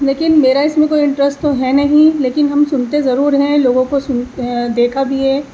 لیکن میرا اس میں کوئی انٹرسٹ تو ہے نہیں لیکن ہم سنتے ضرور ہیں لوگوں کو دیکھا بھی ہے